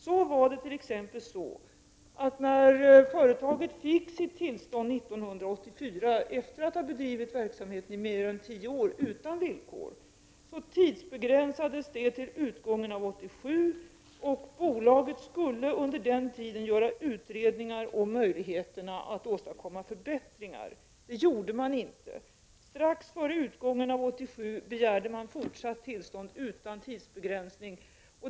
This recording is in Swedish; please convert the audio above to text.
När företaget t.ex. fick sitt tillstånd 1984, efter att ha bedrivit verksamheten i mer än tio år utan villkor, tidsbegränsades det till utgången av 1987. Bolaget skulle under den tiden göra utredningar om möjligheterna att åstadkomma förbättringar. Det gjorde man inte. Strax före utgången av 1987 begärde man fortsatt tillstånd utan tidsbegränsning.